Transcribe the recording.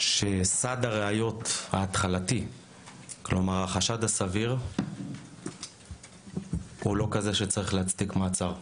שסד הראיות ההתחלתי כלומר החשד הסביר הוא לא כזה שצריך להצדיק מעצר.